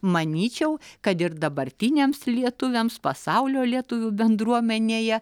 manyčiau kad ir dabartiniams lietuviams pasaulio lietuvių bendruomenėje